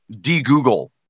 de-Google